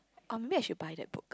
or maybe I should buy that book